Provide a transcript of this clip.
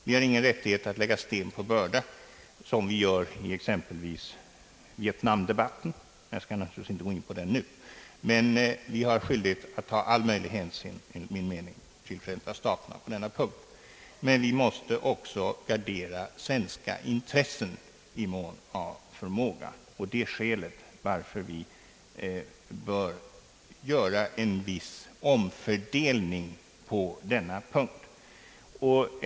Vi har ingen rättighet att lägga sten på börda, som vi gör i exempelvis Vietnamdebatten, vilken jag naturligtvis inte skall gå in på nu. Däremot har vi skyldighet att ta all möjlig hänsyn, enligt min mening, till Förenta staterna på denna punkt. Vi måste emellertid gardera svenska intressen i mån av förmåga. Det är skälet till att vi bör göra en viss omfördelning på denna punkt.